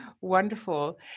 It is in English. Wonderful